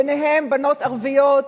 ביניהן בנות ערביות,